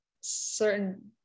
certain